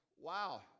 Wow